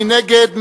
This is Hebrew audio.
מי נגד?